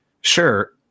Sure